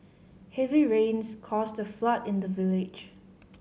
heavy rains caused a flood in the village